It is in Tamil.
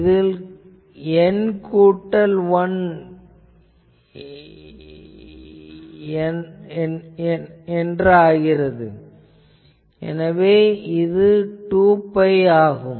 இது N கூட்டல் 1 எனவே இது 2 பை ஆகும்